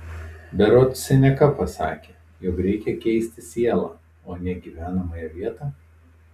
berods seneka pasakė jog reikia keisti sielą o ne gyvenamąją vietą